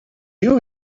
you